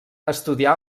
estudià